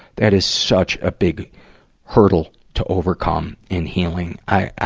that is such a big hurdle to overcome in healing. i,